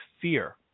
fear